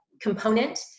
component